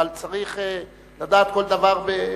אבל צריך לדעת כל דבר.